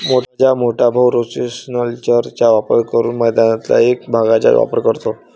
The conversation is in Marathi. माझा मोठा भाऊ रोटेशनल चर चा वापर करून मैदानातल्या एक भागचाच वापर करतो